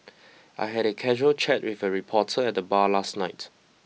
I had a casual chat with a reporter at the bar last night